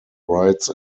rights